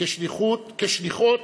כשליחות